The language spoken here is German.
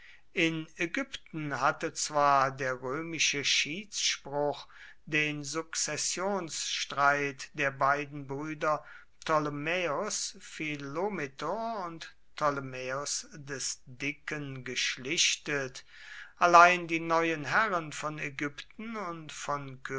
in ägypten hatte zwar der römische schiedsspruch den sukzessionsstreit der beiden brüder ptolemaeos philometor und ptolemaeos des dicken geschlichtet allein die neuen herren von ägypten und